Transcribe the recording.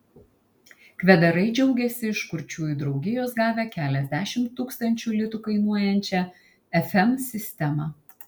kvedarai džiaugiasi iš kurčiųjų draugijos gavę keliasdešimt tūkstančių litų kainuojančią fm sistemą